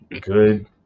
Good